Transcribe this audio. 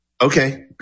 Okay